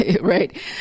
right